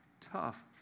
tough